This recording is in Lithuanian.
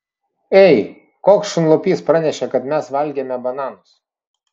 ei koks šunlupys pranešė kad mes valgėme bananus